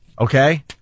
Okay